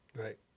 right